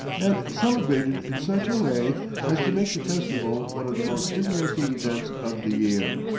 and celebrated in such a way as to make the festival one of the most interesting events of the year.